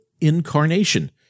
incarnation